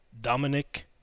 Dominic